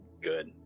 good